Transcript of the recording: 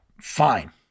fine